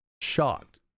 shocked